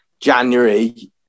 January